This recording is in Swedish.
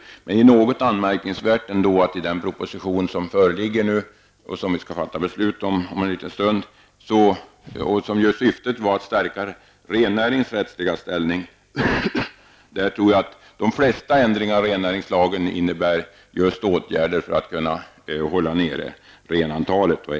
Det är ändå något anmärkningsvärt att de flesta förslag till ändringar i rennäringslagen i den nu föreliggande propositionen -- som vi om en liten stund skall fatta beslut om och vars syfte var att stärka rennäringens rättsliga ställning -- innebär just åtgärder för att kunna hålla nere antalet renar.